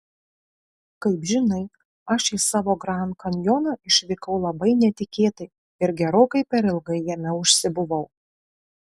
kaip žinai aš į savo grand kanjoną išvykau labai netikėtai ir gerokai per ilgai jame užsibuvau